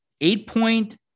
Eight-point